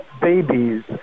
babies